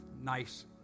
nice